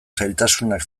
zailtasunak